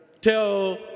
Tell